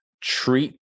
Treat